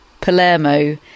Palermo